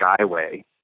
skyway